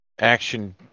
action